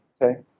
okay